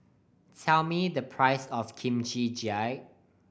tell me the price of Kimchi Jjigae